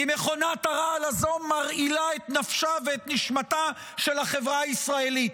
כי מכונת הרעל הזו מרעילה את נפשה ואת נשמתה של החברה הישראלית,